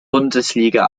bundesliga